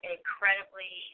incredibly